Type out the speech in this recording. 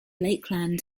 lakeland